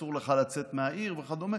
אסור לך לצאת מהעיר וכדומה,